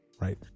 right